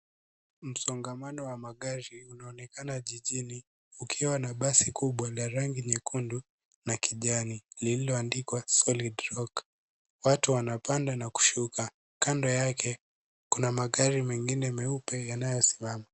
Msongamano wa magari unaonekana jijini kukiwa na basi kubwa la rangi nyekundu na kijani lililoandikwa solid rock . Watu wanapanda na kushuka. Kando yake kuna magari mengine meupe yanayosimama.